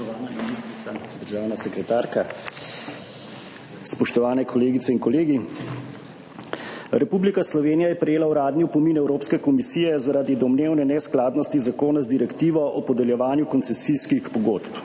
spoštovana ministrica, državna sekretarka, spoštovane kolegice in kolegi! Republika Slovenija je prejela uradni opomin Evropske komisije zaradi domnevne neskladnosti zakona z Direktivo o podeljevanju koncesijskih pogodb.